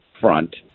front